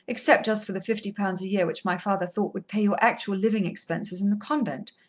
except just for the fifty pounds a year which my father thought would pay your actual living expenses in the convent.